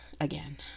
again